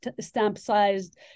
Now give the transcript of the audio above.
stamp-sized